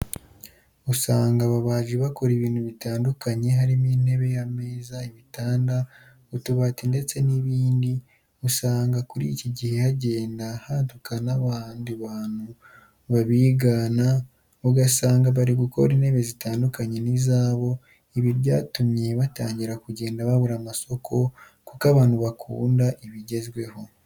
Usanga ababaji bakora ibintu bitandukanye harimo intebe, ameza, ibitanda, utubati ndetse n'ibindi, usanga kuri iki gihe hagenda haduka n'abandi bantu babigana ugasanga bari gukora intebe zitandukanye n'izabo, ibi byatumye batangira kugenda babura amasoko kuko abantu bakunda ibigezweho.